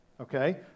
Okay